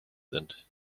sind